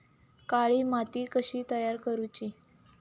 काळी माती कशी तयार करूची?